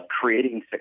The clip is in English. creating